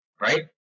right